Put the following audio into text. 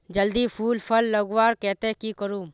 जल्दी फूल फल लगवार केते की करूम?